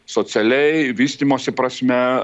socialiai vystymosi prasme